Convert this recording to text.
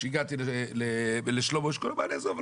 כשהגעתי לשלמה אשכול אמר לי 'עזוב,